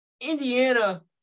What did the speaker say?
Indiana